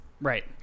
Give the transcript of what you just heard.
right